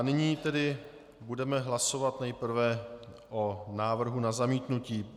Nyní tedy budeme hlasovat nejprve o návrhu na zamítnutí.